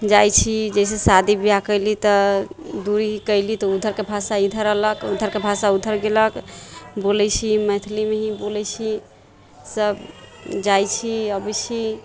जाइत छी जइसे शादी बिआह कयली तऽ दूरी कयली तऽ उधरके भाषा इधर अयलक इधरके भाषा उधर गेलक बोलैत छी मैथिलीमे ही बोलैत छी सभ जाइत छी अबैत छी